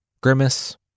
grimace